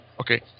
Okay